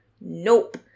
nope